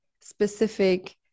specific